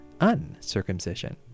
uncircumcision